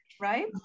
right